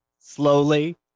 slowly